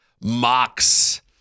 mocks